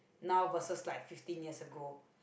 now versus like fifteen years ago